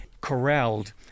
corralled